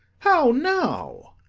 how now!